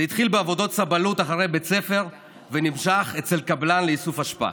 זה התחיל בעבודות סבלות אחרי בית הספר והמשיך אצל קבלן לאיסוף אשפה.